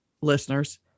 listeners